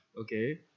okay